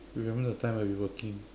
remember the time where we working